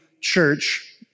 church